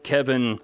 Kevin